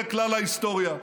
זה כלל ההיסטוריה.